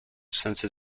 since